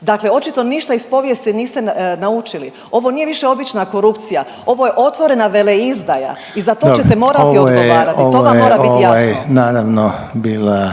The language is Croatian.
Dakle, očito ništa iz povijesti niste naučili, ovo nije više obična korupcija, ovo je otvorena veleizdaja i za to ćete morati odgovarati, to vam mora biti jasno. **Reiner, Željko (HDZ)** Ovo je naravno bila